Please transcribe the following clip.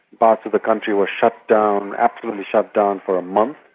parts of the country were shut down, absolutely shut down, for a month,